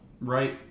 right